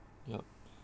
yup